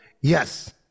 Yes